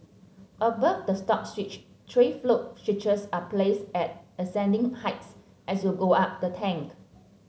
above the stop switch three float switches are placed at ascending heights as you go up the tank